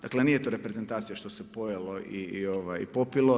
Dakle, nije to reprezentacija što se pojelo i popilo.